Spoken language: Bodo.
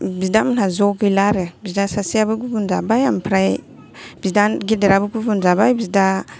बिदामोनहा ज' गैला आरो बिदा सासेआबो गुबुन थाबाय ओमफ्राय बिदा गेदेराबो गुबुन जाबाय बिदा